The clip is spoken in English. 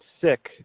sick